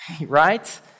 Right